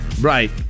right